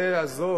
זה, עזוב.